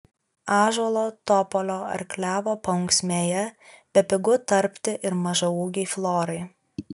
ąžuolo topolio ar klevo paunksmėje bepigu tarpti ir mažaūgei florai